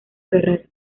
ferrer